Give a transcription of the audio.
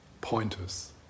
Pointers